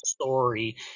story